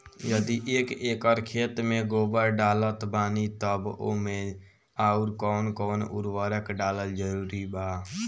यदि एक एकर खेत मे गोबर डालत बानी तब ओमे आउर् कौन कौन उर्वरक डालल जरूरी बा?